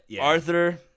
Arthur